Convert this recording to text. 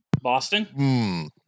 Boston